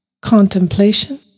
contemplation